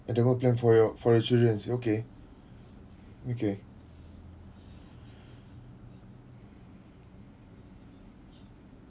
and then go plan for your for your childrens okay okay